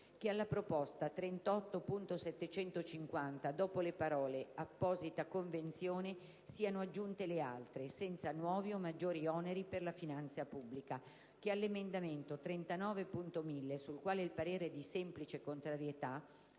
che alla proposta 38.750, dopo le parole: "apposita convenzione" siano aggiunte le altre: "senza nuovi o maggiori oneri per la finanza pubblica"; - che all'emendamento 39.1000, sul quale il parere è di semplice contrarietà,